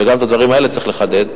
וגם את הדברים האלה צריכים לחדד,